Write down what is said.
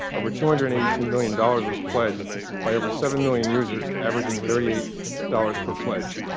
over two hundred and eighty two million dollars was pledged by over seven million users, averaging thirty eight dollars per pledge.